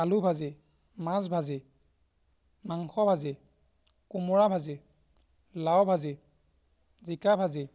আলু ভাজি মাছ ভাজি মাংস ভাজি কোমোৰা ভাজি লাও ভাজি জিকা ভাজি